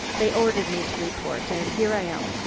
they ordered me to report and here i am.